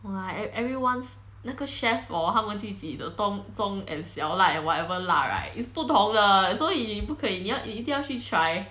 !wah! every~ everyone's 那个 chef hor 他们自己的 do~ 中 and 小辣 and whatever 辣 right is 不同的所以你不可以你一定要去 try